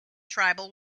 tribal